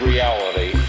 reality